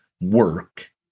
work